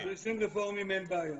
בנישואים רפורמיים אין בעיה.